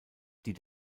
die